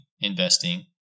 investing